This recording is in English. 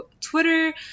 Twitter